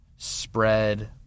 Spread